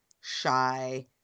shy –